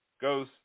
goes –